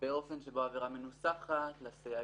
באופן שבו העבירה מנוסחת, בסייגים,